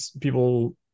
people